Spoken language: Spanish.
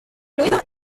fluido